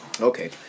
Okay